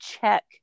check